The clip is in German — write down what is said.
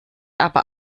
aber